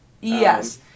Yes